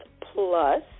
plus